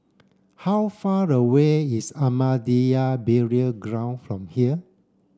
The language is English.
how far away is Ahmadiyya Burial Ground from here